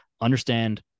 understand